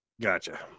Gotcha